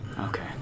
Okay